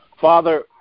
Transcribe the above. Father